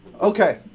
Okay